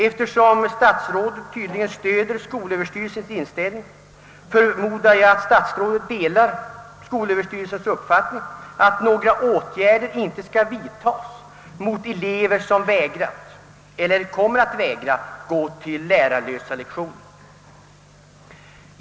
Eftersom statsrådet tydligen stöder skolöverstyrelsens inställning, förmodar jag att statsrådet delar skolöverstyrelsens uppfattning att några åtgärder inte skall vidtagas mot elever som vägrat eller kommer att vägra gå till lärarlösa lektioner.